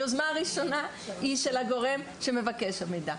היוזמה הראשונה היא של הגורם שמבקש את המידע.